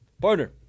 partner